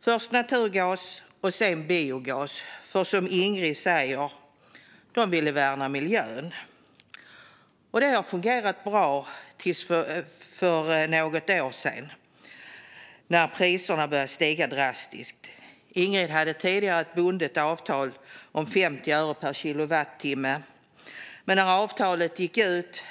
Först var det naturgas och sedan biogas, för som Ingrid säger ville de värna miljön. Det fungerade bra till för något år sedan när gaspriserna började stiga drastiskt. Ingrid hade tidigare ett bundet avtal om 50 öre per kilowattimme, men när avtalet gick ut